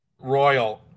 Royal